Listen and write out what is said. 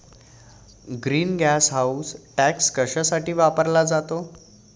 Green gas house tax कशासाठी वापरला जातो?